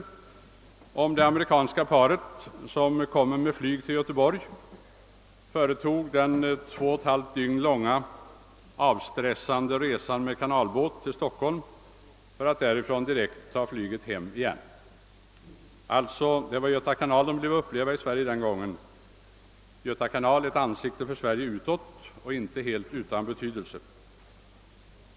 Det berättas om ett amerikanskt par som kom med flyg till Göteborg, företog den två och ett halvt dygn långa avstressande resan med kanalbåt till Stockholm för att direkt därifrån ta flyget hem igen. Det var alltså bara Göta kanal de ville uppleva i Sverige den gången. Göta kanal är ett Sveriges ansikte utåt och inte helt utan betydelse.